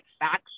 facts